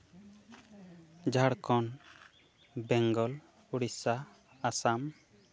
Jharkhand Bengal Odisha Assam